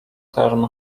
term